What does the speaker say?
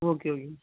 okay ஓகேங்க